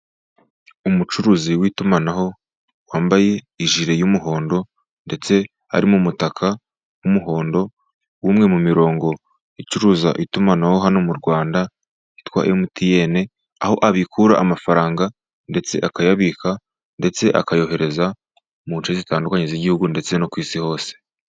Umucuruzi w'itumanaho wambaye ijire y'umuhondo, ndetse ari mu mutaka w'umuhondo, w'umwe mu mirongo icuruza itumanaho hano mu Rwanda wi emutiyenj, aho abikura amafaranga ndetse akayabika ndetse akayohereza, mu nce zitandukanye z'Igihugu ndetse no ku isi hose.